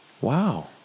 Wow